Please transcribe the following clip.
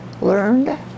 learned